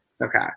Okay